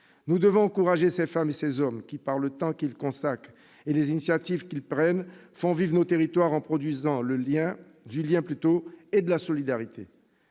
Nous devons encourager ces femmes et ces hommes qui, par le temps qu'ils consacrent et les initiatives qu'ils prennent, font vivre nos territoires en produisant du lien et de la solidarité.